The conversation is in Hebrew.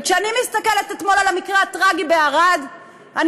כשאני מסתכלת על המקרה הטרגי שקרה בערד אתמול,